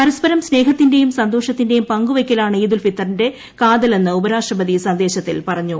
പരസ്പരം സ്നേഹത്തിന്റെയും സന്തോഷത്തിന്റെയും പങ്കുവയ്ക്കലാണ് ഈദ് ഉൽ ഫിത്തറിന്റെ കാതലെന്ന് ഉപരാഷ്ട്രപതി സന്ദേശത്തിൽ പറഞ്ഞു